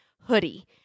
hoodie